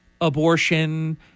abortion